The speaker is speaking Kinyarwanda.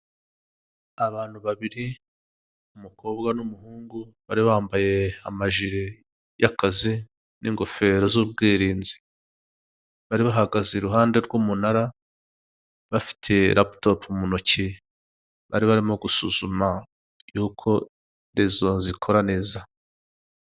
Abantu babiri, umukobwa n'umuhungu, bari bambaye amajire y'akazi n'ingofero z'ubwirinzi, bari bahagaze iruhande rw'umunara bafitiye laputopu mu ntoki, bari barimo gusuzuma yuko rezo zikora neza.